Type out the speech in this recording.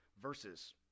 versus